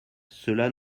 cela